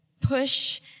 push